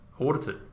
audited